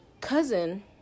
cousin